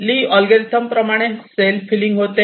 ली algorithm प्रमाणे cell filling होते